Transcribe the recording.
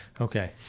Okay